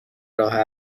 راه